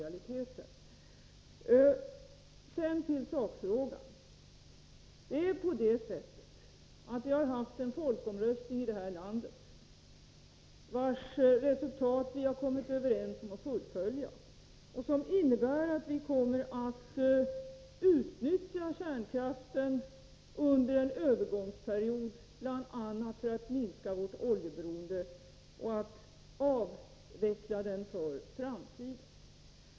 Sedan till sakfrågan: Vi har i det här landet haft en folkomröstning, vars resultat vi har kommit överens om att fullfölja. Det innebär att vi kommer att utnyttja kärnkraften under en övergångsperiod, bl.a. för att minska vårt oljeberoende och för att avveckla kärnkraften för framtiden.